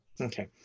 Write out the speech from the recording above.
Okay